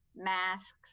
masks